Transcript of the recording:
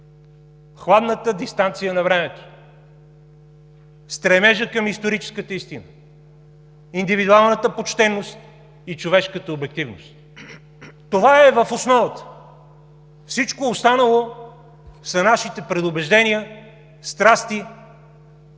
хладната дистанция на времето, стремежът към историческата истина, индивидуалната почтеност и човешката обективност. Това е в основата. Всичко останало са нашите предубеждения, страсти